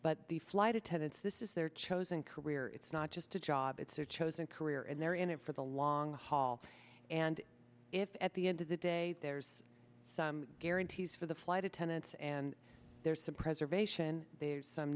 but the flight attendants this is their chosen career it's not just a job it's their chosen career and they're in it for the long haul and if at the end of the day there's some guarantees for the flight attendants and there's some preservation there's some